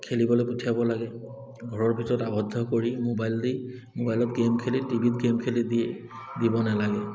খেলিবলৈ পঠিয়াব লাগে ঘৰৰ ভিতৰত আৱদ্ধ কৰি মোবাইল দি মোবাইলত গে'ম খেলি টিভি ত গে'ম খেলি দিয়ে দিব নালাগে